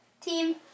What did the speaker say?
team